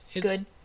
good